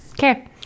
Okay